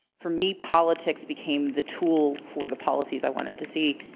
for me politics became the tool for the policies i wanted to see.